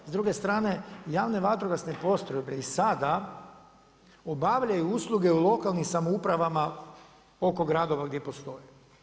S druge strane, javne vatrogasne postrojbe i sada obavljaju usluge u lokalnim samoupravama oko gradova gdje postoje.